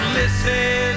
listen